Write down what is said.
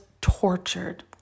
tortured